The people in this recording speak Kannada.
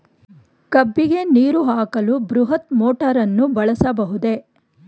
ಕಬ್ಬಿಗೆ ನೀರು ಹಾಕಲು ಬೃಹತ್ ಮೋಟಾರನ್ನು ಬಳಸಬಹುದೇ?